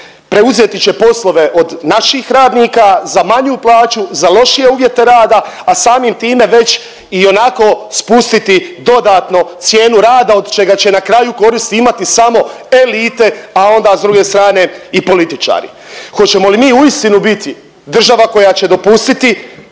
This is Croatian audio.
preuzeti će poslove od naših radnika za manju plaću, za lošije uvjete rada, a samim time već ionako spustiti dodano cijenu rada od čega će na kraju koristi imati samo elite, a onda s druge strane i političari. Hoćemo li mi uistinu biti država koja će dopustiti